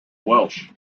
welsh